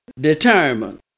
determined